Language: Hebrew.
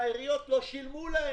העיריות לא שילמו להם,